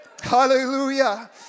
Hallelujah